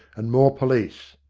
and more police.